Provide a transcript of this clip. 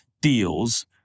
deals